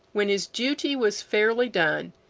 when his duty was fairly done,